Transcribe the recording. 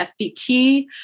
FBT